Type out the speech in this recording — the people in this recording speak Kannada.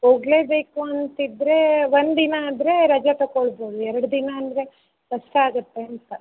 ಹೋಗ್ಲೇಬೇಕು ಅಂತಿದ್ದರೆ ಒಂದಿನ ಆದರೆ ರಜೆ ತಗೊಳ್ಬೋದು ಎರಡು ದಿನ ಅಂದರೆ ಕಷ್ಟ ಆಗುತ್ತೆ ಅಂತ